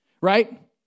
right